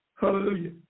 hallelujah